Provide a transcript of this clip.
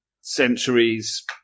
centuries